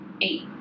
Eight